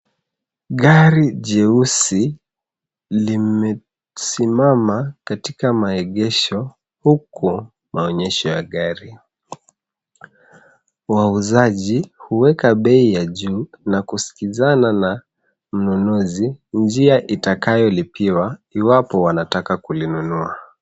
Gari jeusi limesimama katika maegesho huku maonyesho ya gari. Wauzaji hueka bei ya juu, kijana na mnunuzj njia itakayolipiwa iwapo wanataka kulinunua.